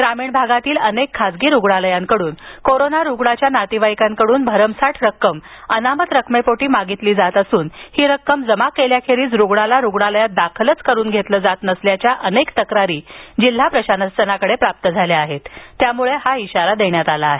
ग्रामीण भागातील अनेक खासगी रुग्णालयांकडून कोरोना रुग्णाच्या नातेवाईकांकडून भरमसाठ रक्कम अनामत रकमेपोटी मागितली जात असून हि रक्कम जमा केल्याखेरीज रुग्णाला रुग्णालयात दाखलच करून घेतले जात नसल्याच्या अनेक तक्रारी जिल्हा प्रशासनाकडं प्राप्त झाल्यानं हा इशारा देण्यात आला आहे